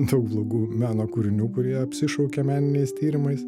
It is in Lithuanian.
daug blogų meno kūrinių kurie apsišaukia meniniais tyrimais